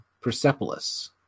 Persepolis